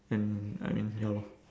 and I mean ya lor